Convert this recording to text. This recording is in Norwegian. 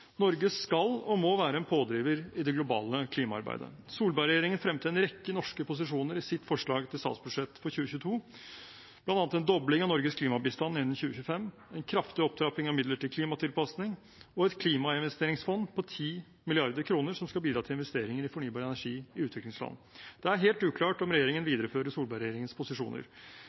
Norge skal og må være en pådriver i det globale klimaarbeidet. Solberg-regjeringen fremmet en rekke norske posisjoner i sitt forslag til statsbudsjett for 2022, bl.a. en dobling av Norges klimabistand innen 2025, en kraftig opptrapping av midler til klimatilpasning og et klimainvesteringsfond på 10 mrd. kr som skal bidra til investeringer i fornybar energi i utviklingsland. Det er helt uklart om regjeringen viderefører Solberg-regjeringens posisjoner.